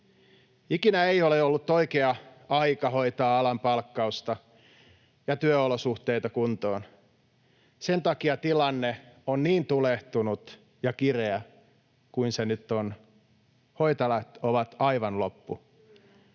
Ikinä ei ole ollut oikea aika hoitaa alan palkkausta ja työolosuhteita kuntoon. Sen takia tilanne on niin tulehtunut ja kireä kuin se nyt on. Hoitajat ovat aivan loppu.